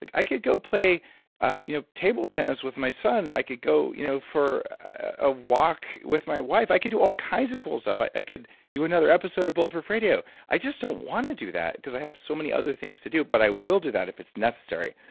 like i could go play you know table tennis with my son or i could go you know for a walk with my wife, i could do all kinds of cool stuff. i i could do another episode of bulletproof radio. i just don't want to do that, because i have so many other things to do but i will do that if it's necessary.